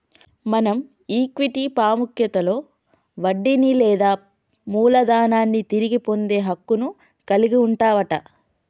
మనం ఈక్విటీ పాముఖ్యతలో వడ్డీని లేదా మూలదనాన్ని తిరిగి పొందే హక్కును కలిగి వుంటవట